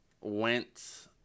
went